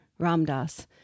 Ramdas